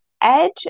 Edge